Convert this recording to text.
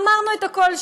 אמרנו את הכול.